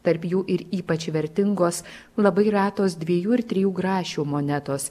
tarp jų ir ypač vertingos labai retos dviejų ir trijų grašių monetos